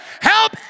Help